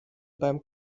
beim